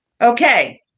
Okay